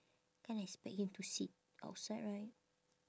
can't expect him to sit outside right